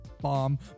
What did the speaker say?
Bomb